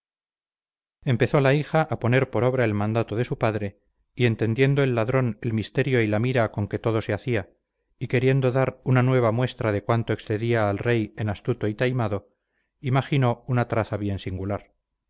empezó la hija a poner por obra el mandato de su padre y entendiendo el ladrón el misterio y la mira con que todo se hacía y queriendo dar una nueva muestra de cuánto excedía al rey en astuto y taimado imaginé una traza bien singular